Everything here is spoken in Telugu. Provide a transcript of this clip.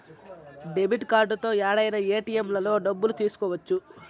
డెబిట్ కార్డుతో యాడైనా ఏటిఎంలలో డబ్బులు తీసుకోవచ్చు